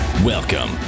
Welcome